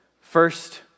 First